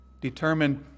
determined